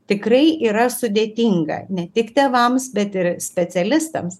tikrai yra sudėtinga ne tik tėvams bet ir specialistams